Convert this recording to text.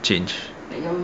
change